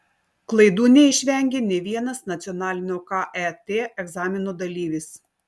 klaidų neišvengė nė vienas nacionalinio ket egzamino dalyvis